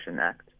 Act